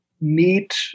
meet